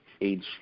age